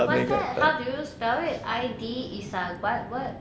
whats that how do you spell it I_D is a what word